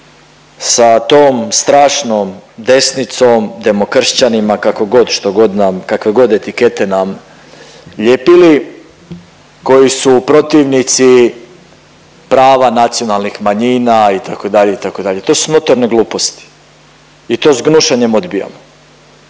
sa tom strašnom desnicom, demokršćanima, kako god, što god nam, kakve god etikete nam lijepili, koji su protivnici prava nacionalnih manjina itd., itd., to su notorne gluposti i to s gnušenjem odbijamo.